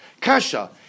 Kasha